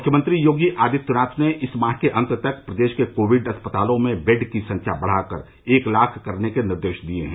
मुख्यमंत्री योगी आदित्यनाथ ने इस माह के अंत तक प्रदेश के कोविड अस्पतालों में बेड की संख्या बढ़ाकर एक लाख करने के निर्देश दिए हैं